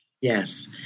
yes